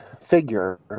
figure